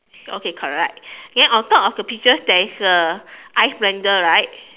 okay correct then on top of the peaches there is a ice blender right